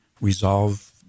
resolve